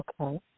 Okay